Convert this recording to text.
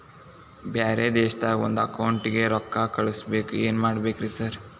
ಬ್ಯಾರೆ ದೇಶದಾಗ ಒಂದ್ ಅಕೌಂಟ್ ಗೆ ರೊಕ್ಕಾ ಕಳ್ಸ್ ಬೇಕು ಏನ್ ಮಾಡ್ಬೇಕ್ರಿ ಸರ್?